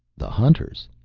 the hunters?